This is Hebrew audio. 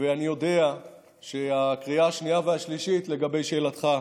אני יודע שהקריאה השנייה והשלישית, לגבי שאלתך,